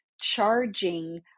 charging